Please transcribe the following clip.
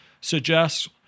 suggests